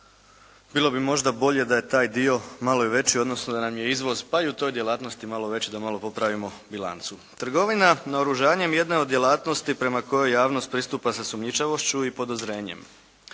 Bilo bi možda bolje da je taj dio malo i veći, odnosno da nam je izvoz pa i u toj djelatnosti malo veći da malo popravimo bilancu. Trgovina naoružanjem jedna je od djelatnosti prema kojoj javnost pristupa sa sumnjičavošću i podozrenjem,